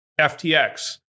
FTX